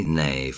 nay